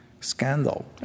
scandal